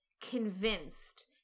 convinced